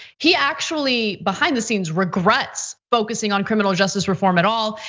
he actually behind the scenes regrets focusing on criminal justice reform at all.